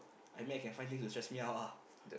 I mean I can find things to stress me out lah